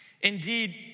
Indeed